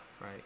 right